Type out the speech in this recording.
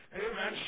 amen